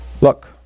Look